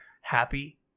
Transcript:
happy